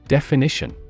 Definition